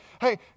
hey